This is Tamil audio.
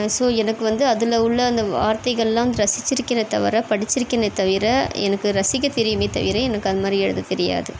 ஸோ எனக்கு வந்து அதில் உள்ள அந்த வார்த்தைகள்லாம் ரசிச்சுருக்கேன்னே தவிர படிச்சுருக்கேன்னே தவிர எனக்கு ரசிக்க தெரியுமே தவிர எனக்கு அந்த மாரி எழுத தெரியாது